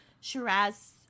shiraz